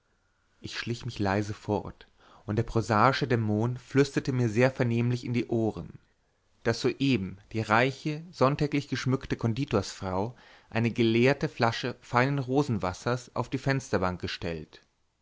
ich schlich mich leise fort und der prosaische dämon flüsterte mir sehr vernehmlich in die ohren daß soeben die reiche sonntäglich geschmückte konditorsfrau eine geleerte flasche feinen rosenwassers o s auf die fensterbank gestellt